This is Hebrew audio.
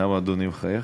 למה אדוני מחייך?